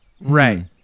right